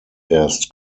erst